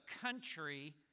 country